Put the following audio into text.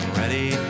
ready